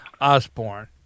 Osborne